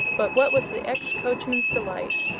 but what was the ex-coachman's delight,